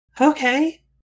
Okay